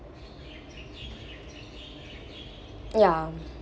yeah